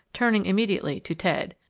turning immediately to ted.